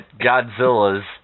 Godzilla's